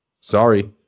Sorry